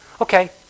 Okay